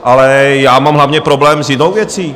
Ale já mám hlavně problém s jinou věcí.